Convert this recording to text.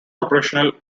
operational